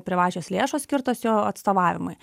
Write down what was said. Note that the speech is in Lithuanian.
privačios lėšos skirtos jo atstovavimui